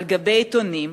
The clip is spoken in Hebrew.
קוראים בעיתונים,